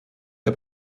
der